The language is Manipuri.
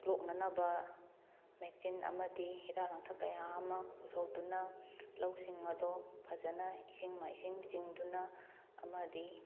ꯂꯣꯛꯅꯅꯕ ꯃꯦꯆꯤꯟ ꯑꯃꯗꯤ ꯍꯤꯗꯥꯛ ꯂꯥꯡꯊꯛ ꯀꯌꯥ ꯑꯃ ꯄꯨꯊꯣꯛꯇꯨꯅ ꯂꯧꯁꯤꯡ ꯑꯗꯣ ꯐꯖꯅ ꯏꯁꯤꯡ ꯃꯥꯏꯁꯤꯡ ꯆꯤꯡꯗꯨꯅ ꯑꯃꯗꯤ